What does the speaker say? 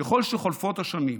ככל שחולפות השנים,